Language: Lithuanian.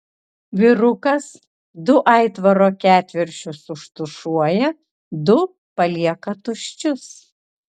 vyrukas du aitvaro ketvirčius užtušuoja du palieka tuščius